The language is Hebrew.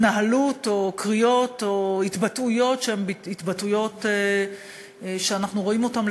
והתנהלות או קריאות או התבטאויות שהן התבטאויות שאנחנו רואים אותן,